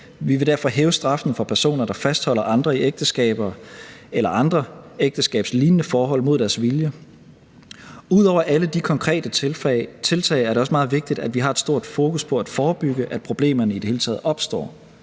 Vi vil derfor hæve straffen for personer, der fastholder andre i ægteskaber eller andre ægteskabslignende forhold mod deres vilje. Ud over alle de konkrete tiltag er det også meget vigtigt, at vi har et stort fokus på at forebygge, at problemerne i det hele taget opstår.